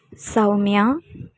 ಸೌಮ್ಯ